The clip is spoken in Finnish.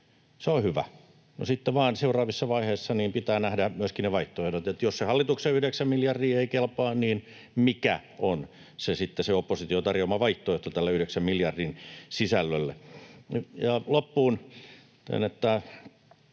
Sitten vaan seuraavissa vaiheissa pitää nähdä myöskin ne vaihtoehdot, että jos se hallituksen yhdeksän miljardia ei kelpaa, niin mikä on sitten se opposition tarjoama vaihtoehto tälle yhdeksän miljardin sisällölle. Loppuun,